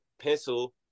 pencil